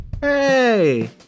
Hey